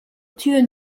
tür